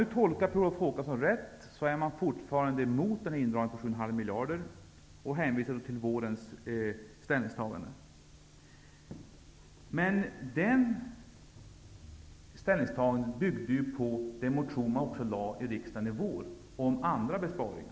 Om jag tolkar Per Olof Håkansson rätt, är Socialdemokraterna fortfarande mot denna indragning på 7,5 miljarder och hänvisar till vårens ställningstagande. Men detta ställningstagande byggde ju på den motion som de väckte i våras om även andra besparingar.